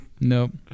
Nope